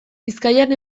bizkaian